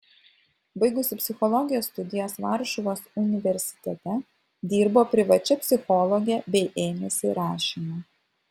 baigusi psichologijos studijas varšuvos universitete dirbo privačia psichologe bei ėmėsi rašymo